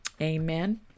Amen